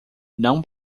não